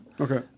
Okay